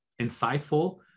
insightful